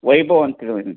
ವೈಭವ್ ಅಂತ